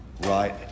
right